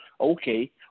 Okay